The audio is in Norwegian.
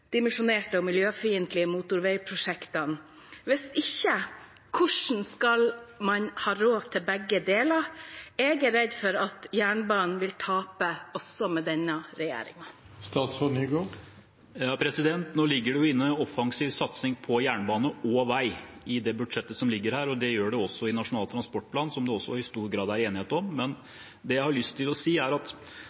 og miljøfiendtlige motorveiprosjektene? Hvis ikke: Hvordan skal man ha råd til begge deler? Jeg er redd for at jernbanen vil tape også med denne regjeringen. Nå ligger det jo inne en offensiv satsing på jernbane og vei i det budsjettet som foreligger, og det gjør det også i Nasjonal transportplan, som det i stor grad er enighet om. Det jeg har lyst til å si, er at